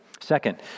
Second